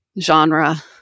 genre